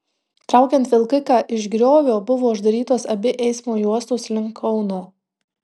traukiant vilkiką iš griovio buvo uždarytos abi eismo juostos link kauno